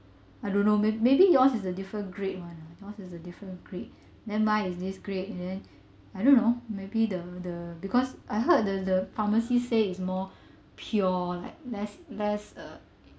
I don't know may~ maybe yours is the different grade one yours is a different grade then mine is this grade I don't know maybe the the because I heard the the pharmacy say it's more pure like less less uh